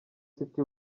city